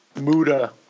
Muda